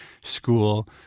school